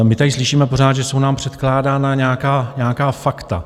My tady slyšíme pořád, že jsou nám předkládána nějaká fakta.